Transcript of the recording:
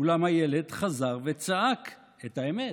אולם הילד חזר וצעק את האמת: